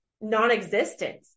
non-existent